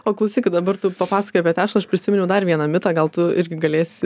o klausyk dabar tu papasakojai apie tešlą aš prisiminiau dar vieną mitą gal tu irgi galėsi